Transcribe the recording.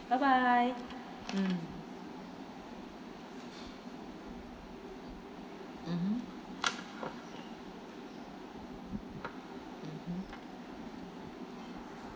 bye bye mm mmhmm mmhmm